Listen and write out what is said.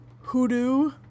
hoodoo